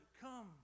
come